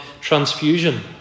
transfusion